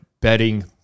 betting